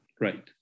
Right